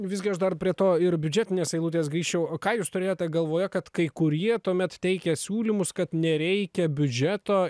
visgi aš dar prie to ir biudžetinės eilutės grįžčiau o ką jūs turėjote galvoje kad kai kurie tuomet teikia siūlymus kad nereikia biudžeto